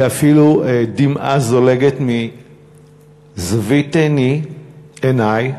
שאפילו דמעה זולגת מזווית עיני,